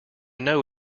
know